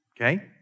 okay